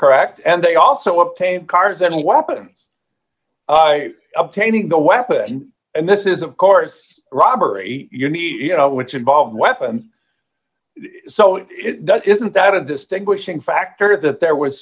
correct and they also obtained cars then weapons obtaining the weapon and this is of course robbery you need you know which involved weapons so it isn't that a distinguishing factor that there was